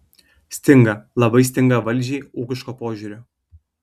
stinga labai stinga valdžiai ūkiško požiūrio